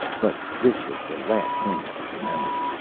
but this was the last thing that he remembered.